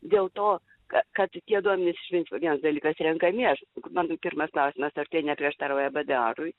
dėl to ka kad tie duomenys iš principo vienas dalykas renkami aš mano pirmas klausimas ar tai neprieštarauja bdarui